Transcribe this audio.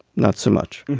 not so much.